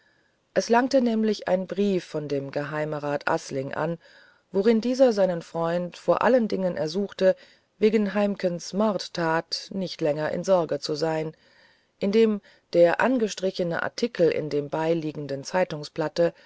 es langte nämlich ein brief von dem geheimerat asling an worin dieser seinen freund vor allen dingen ersuchte wegen heimkens mordtat nicht länger in sorge zu sein indem der angestrichene artikel in dem beiliegenden